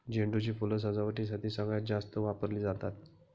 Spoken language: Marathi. झेंडू ची फुलं सजावटीसाठी सगळ्यात जास्त वापरली जातात